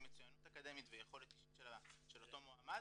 מצוינות אקדמית ויכולת אישית של אותו מועמד